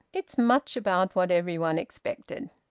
it's much about what everybody expected.